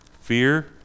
fear